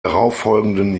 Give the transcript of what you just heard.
darauffolgenden